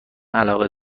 علاقه